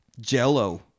jello